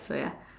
so ya